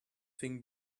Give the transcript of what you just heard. thing